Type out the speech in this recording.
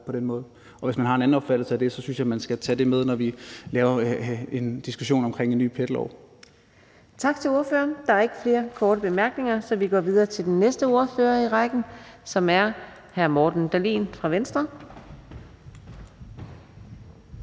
på den måde. Hvis man har en anden opfattelse af det, synes jeg man skal tage det med, når vi skal have en diskussion omkring en ny PET-lov. Kl. 18:27 Fjerde næstformand (Karina Adsbøl): Tak til ordføreren. Der er ikke flere korte bemærkninger, så vi går videre til den næste ordfører i rækken, som er hr. Morten Dahlin fra Venstre.